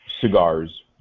cigars